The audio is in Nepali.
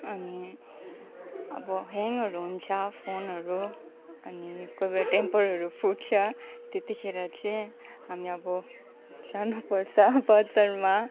अनि अब ह्याङहरू हुन्छ फोनहरू अनि कोही बेला टेम्परहरू फुट्छ त्यतिखेर चाहिँ हामी अब जानु पर्छ बजारमा